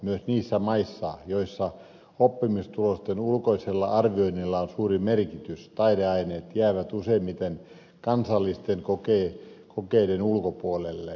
myös niissä maissa joissa oppimistulosten ulkoisella arvioinnilla on suuri merkitys taideaineet jäävät useimmiten kansallisten kokeiden ulkopuolelle